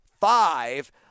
five